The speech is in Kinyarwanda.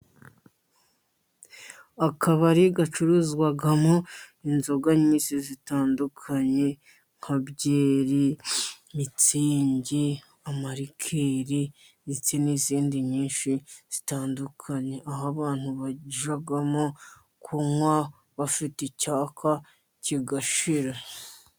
Akabari gacururizwamo inzoga nyinshi zitandukanye, nka byeri, mitsingi, amarikeri ndetse n'izindi nyinshi zitandukanye, aho abantu bajyamo kunywa bafite icyaka kigashira.